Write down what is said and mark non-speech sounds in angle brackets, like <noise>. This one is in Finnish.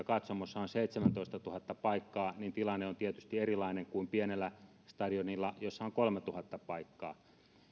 <unintelligible> katsomossa on seitsemäntoistatuhatta paikkaa niin tilanne on tietysti erilainen kuin pienellä stadionilla jossa on kolmetuhatta paikkaa